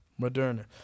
Moderna